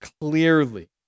clearly